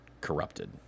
corrupted